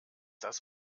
das